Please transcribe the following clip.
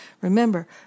Remember